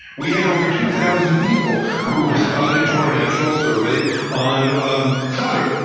we had over two thousand people who responded to our national survey on um clutter.